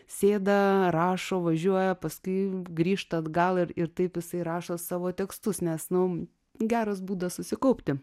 sėda rašo važiuoja paskui grįžta atgal ir ir taip jisai rašo savo tekstus nes nu geras būdas susikaupti